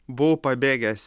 buvau pabėgęs